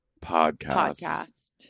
Podcast